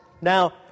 Now